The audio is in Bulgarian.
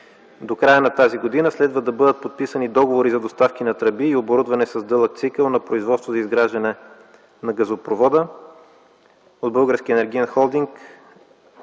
До края на тази година следва да бъдат подписани договори за доставка на тръби и оборудване с дълъг цикъл на производство за изграждане на газопровода. От Българския енергиен холдинг